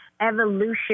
evolution